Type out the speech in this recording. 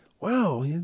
wow